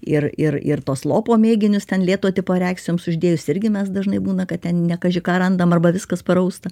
ir ir ir tos lopo mėginius ten lėto tipo reakcijoms uždėjus irgi mes dažnai būna kad ten ne kaži ką randam arba viskas parausta